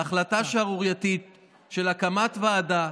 בהחלטה שערורייתית של הקמת ועדה